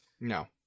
No